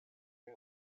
pel